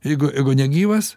jeigu ego negyvas